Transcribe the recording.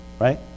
Right